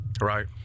Right